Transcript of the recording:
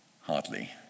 Hardly